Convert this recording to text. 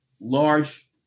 large